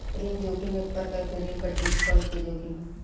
ऋण जोखिम एक प्रकार के ऋण पर डिफॉल्ट के जोखिम ह